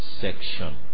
section